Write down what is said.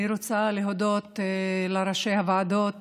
אני רוצה להודות לראשי הוועדות